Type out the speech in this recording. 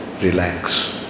relax